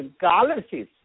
galaxies